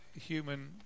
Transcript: human